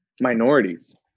minorities